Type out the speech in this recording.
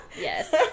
Yes